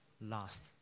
Last